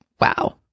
wow